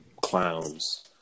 clowns